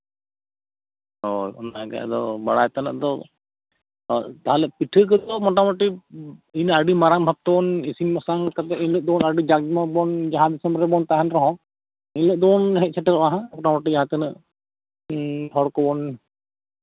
ᱦᱳᱭ ᱚᱱᱟᱜᱮ ᱟᱫᱚ ᱵᱟᱲᱟᱭ ᱛᱮᱱᱟᱜ ᱫᱚ ᱛᱟᱦᱚᱞᱮ ᱯᱤᱴᱷᱟᱹ ᱠᱚᱫᱚ ᱢᱳᱴᱟᱢᱩᱴᱤ ᱤᱱᱟᱹ ᱟᱹᱰᱤ ᱢᱟᱨᱟᱝ ᱵᱷᱟᱵ ᱛᱮᱵᱚᱱ ᱤᱥᱤᱱ ᱵᱟᱥᱟᱝ ᱠᱟᱛᱮᱫ ᱮᱱᱦᱤᱞᱳᱜ ᱟᱹᱰᱤ ᱡᱟᱠ ᱡᱚᱢᱚᱠ ᱠᱟᱛᱮᱫ ᱡᱟᱦᱟᱱ ᱫᱤᱥᱚᱢ ᱨᱮᱵᱚᱱ ᱛᱟᱦᱮᱱ ᱨᱮᱦᱚᱸ ᱤᱱᱦᱤᱞᱳᱜ ᱫᱚᱵᱚᱱ ᱦᱮᱡ ᱥᱮᱴᱮᱨᱚᱜᱼᱟ ᱦᱟᱸᱜ ᱢᱳᱴᱟᱢᱩᱴᱤ ᱡᱟᱦᱟᱸ ᱛᱤᱱᱟᱹᱜ ᱦᱚᱲ ᱠᱚᱵᱚᱱ